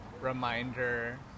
reminder